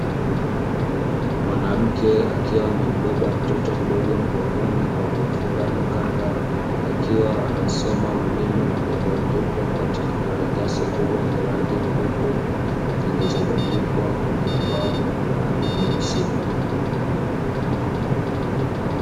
Mwanamke akiwa amembeba mtoto mdogo mgongoni kwa kumfunga na kanga, akiwa anasoma maneno yaliyoandikwa katika karatasi kubwa za rangi nyeupe zilizobandikwa kwenye ubao wa rangi nyeusi.